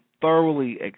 thoroughly